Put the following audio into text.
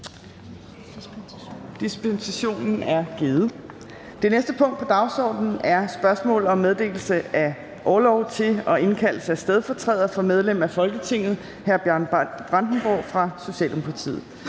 0. Samtykket er givet. --- Det næste punkt på dagsordenen er: 2) Spørgsmål om meddelelse af orlov til og indkaldelse af stedfortræder for medlem af Folketinget Bjørn Brandenborg (S). Kl.